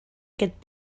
aquest